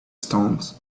stones